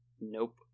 Nope